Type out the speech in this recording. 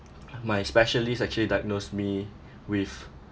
my specialist actually diagnosed me with